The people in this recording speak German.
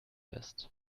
west